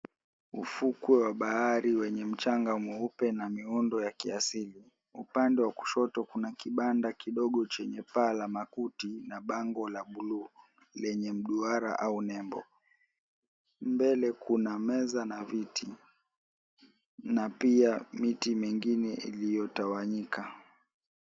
Ufuko wa bahari wenye mchanga mweupe na miundo ya kiasili. Upande wa kushoto kuna kibanda kidogo chenye paa la makuti na bango la buluu lenye duara au nembo. Mbele kuna meza na viti na pia miti mingine iliyotawanyika.